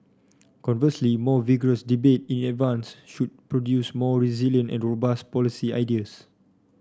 conversely more vigorous debate in advance should produce more resilient and robust policy ideas